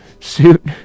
suit